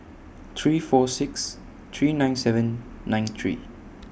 three four six three nine seven nine three